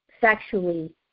sexually